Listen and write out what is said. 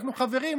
אנחנו חברים,